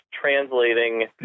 translating